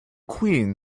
queen